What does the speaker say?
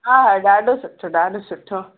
हा ॾाढो सुठो ॾाढो सुठो